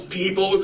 people